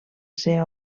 ser